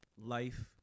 Life